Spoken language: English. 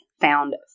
found